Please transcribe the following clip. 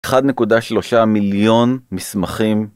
1.3 מיליון מסמכים.